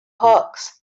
hawks